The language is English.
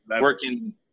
working